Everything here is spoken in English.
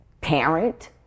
parent